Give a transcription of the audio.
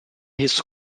his